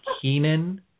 Keenan